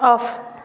off